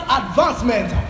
advancement